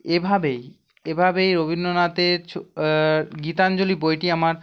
এভাবেই এভাবেই রবীন্দ্রনাথের গীতাঞ্জলি বইটি আমার